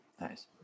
Nice